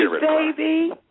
baby